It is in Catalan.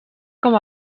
com